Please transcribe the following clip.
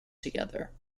together